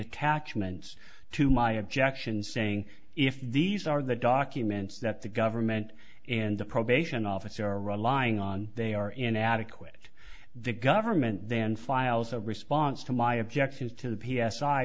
attachments to my objections saying if these are the documents that the government and the probation office are relying on they are inadequate the government then files a response to my objections to the p